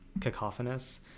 cacophonous